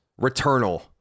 Returnal